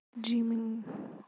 Dreaming